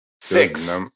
Six